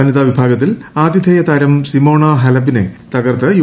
വനിതാ വിഭാഗത്തിൽ ആധിഥേയ താരം സിമോണ ഹാലെപ്പിനെ തകർത്ത് യു